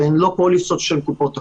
שהן לא פוליסות של קופות החולים.